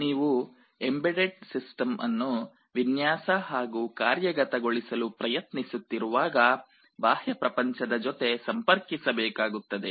ನೀವು embedded system ಅನ್ನು ವಿನ್ಯಾಸ ಹಾಗೂ ಕಾರ್ಯಗತಗೊಳಿಸಲು ಪ್ರಯತ್ನಿಸುತ್ತಿರುವಾಗ ಬಾಹ್ಯ ಪ್ರಪಂಚದ ಜೊತೆ ಸಂಪರ್ಕಿಸಬೇಕಾಗುತ್ತದೆ